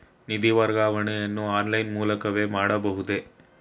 ನಿಧಿ ವರ್ಗಾವಣೆಯನ್ನು ಆನ್ಲೈನ್ ಮೂಲಕವೇ ಮಾಡಬಹುದೇ?